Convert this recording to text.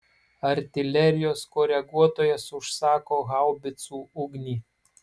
artilerijos koreguotojas užsako haubicų ugnį